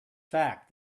fact